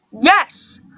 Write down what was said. Yes